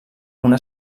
una